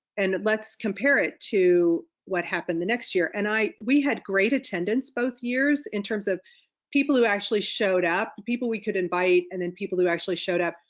and let's compare it to what happened the next year and we had great attendance both years in terms of people who actually showed up people we could invite and then people who actually showed up,